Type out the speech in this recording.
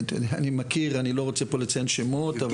אני מכיר, אני לא רוצה פה לציין שמות.